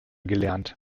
gelernt